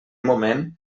moment